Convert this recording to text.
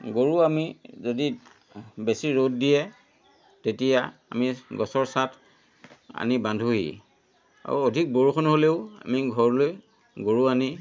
গৰু আমি যদি বেছি ৰ'দ দিয়ে তেতিয়া আমি গছৰ ছাঁত আনি বান্ধোহি আৰু অধিক বৰষুণ হ'লেও আমি ঘৰলৈ গৰু আনি